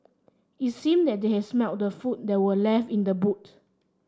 it seemed that they had smelt the food that were left in the boot